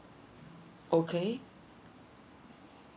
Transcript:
okay